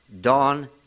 Dawn